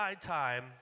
time